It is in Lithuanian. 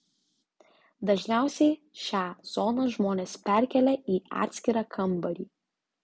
dažniausiai šią zoną žmonės perkelia į atskirą kambarį